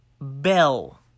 bell